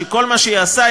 שכל מה שהיא עושה,